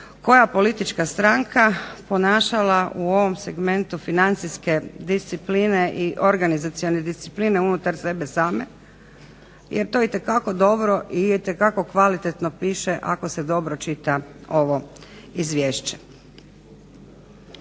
koja politička stranka ponašala u ovom segmentu financijske discipline i organizacijske discipline unutar sebe same jer to itekako dobro i itekako kvalitetno piše ako se dobro čita ovo izvješće.